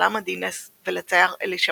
לצלם עדי נס ולצייר אלי שמיר.